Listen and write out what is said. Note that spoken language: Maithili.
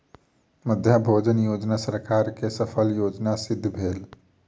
मध्याह्न भोजन योजना सरकार के सफल योजना सिद्ध भेल